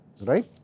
Right